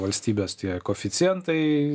valstybės tie koeficientai